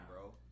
bro